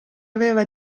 aveva